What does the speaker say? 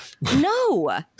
no